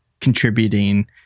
contributing